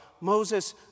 Moses